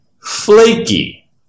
flaky